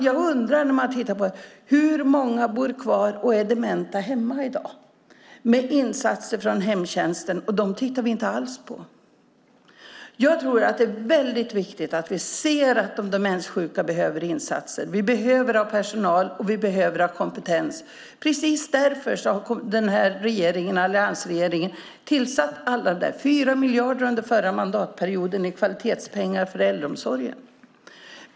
Jag undrar hur många som bor kvar hemma och är dementa i dag med insatser från hemtjänsten. Dem tittar vi inte alls på. Jag tror att det är väldigt viktigt att vi ser att de demenssjuka behöver insatser. Vi behöver ha personal, och vi behöver ha kompetens. Det är precis därför som den här regeringen, alliansregeringen, har anslagit 4 miljarder under förra mandatperioden i kvalitetspengar för äldreomsorgen.